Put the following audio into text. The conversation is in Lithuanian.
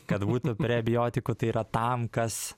kad būtų prebiotikų tai yra tam kas